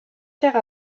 pierre